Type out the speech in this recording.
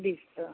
ठीक तर